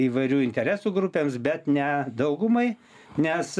įvairių interesų grupėms bet ne daugumai nes